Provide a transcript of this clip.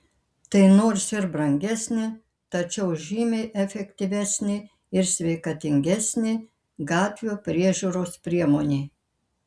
tai nors ir brangesnė tačiau žymiai efektyvesnė ir sveikatingesnė gatvių priežiūros priemonė